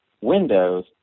Windows